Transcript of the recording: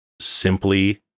Simply